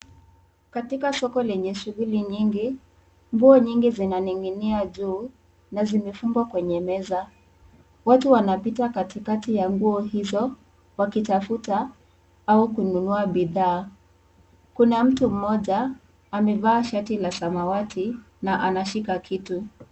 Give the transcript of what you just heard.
Katika soko lenye shughuli nyingi. Nguo nyingi zinaning'inia juu, na zimefungwa kwenye meza. Watu wanapita katikati ya nguo hizo, wakitafuta au kununua bidhaa. Kuna mtu mmoja, amevaa shati la samawati, na anashika kitu.